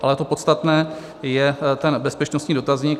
Ale to podstatné je ten bezpečnostní dotazník.